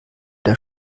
der